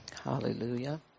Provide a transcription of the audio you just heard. Hallelujah